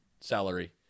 salary